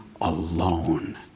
alone